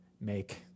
make